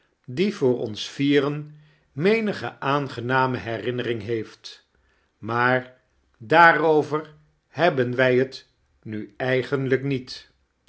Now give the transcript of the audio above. die voor ons vieren menige aangename herinnering heeft maar daarover hebben wij t nu eigenlijk niet